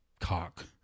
cock